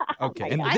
Okay